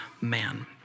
man